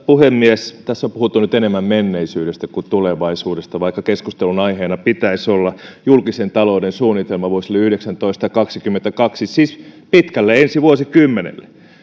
puhemies tässä on puhuttu nyt enemmän menneisyydestä kuin tulevaisuudesta vaikka keskustelun aiheena pitäisi olla julkisen talouden suunnitelma vuosille yhdeksäntoista viiva kaksikymmentäkaksi siis pitkälle ensi vuosikymmenelle